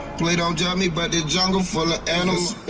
play. don't doubt me but the jungle full ah and